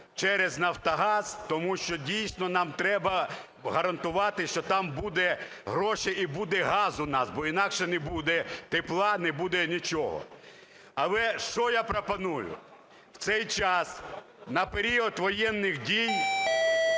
через Нафтогаз, тому що, дійсно, нам треба гарантувати, що там будуть гроші і буде газ у нас, бо інакше не буде тепла, не буде нічого. Але, що я пропоную? В цей час на період воєнний дій